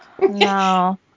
No